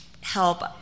help